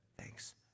thanks